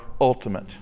ultimate